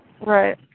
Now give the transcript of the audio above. Right